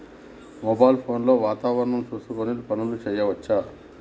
Mobile phone లో వాతావరణం చూసుకొని పనులు చేసుకోవచ్చా?